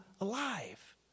alive